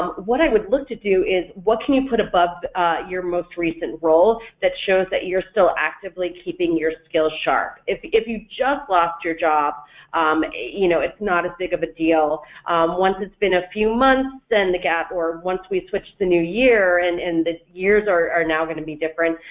what i would look to do is what can you put above your most recent role that shows that you're still actively keeping your skills sharp. if if you just lost your job um you know it's not as big of a deal once it's been a few months then the gap, or once we switch the new year and and the years are now going to be different,